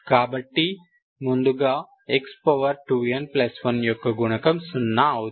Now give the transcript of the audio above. కాబట్టి ముందుగా x2n1 యొక్క గుణకం 0 అవుతుంది